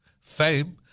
Fame